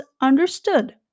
understood